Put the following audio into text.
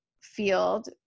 field